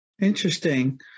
Interesting